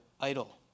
idol